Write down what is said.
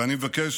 ואני מבקש